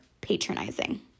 patronizing